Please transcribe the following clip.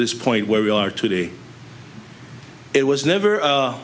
this point where we are today it was never a